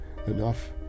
Enough